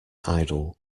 idol